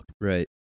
Right